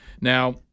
Now